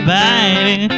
baby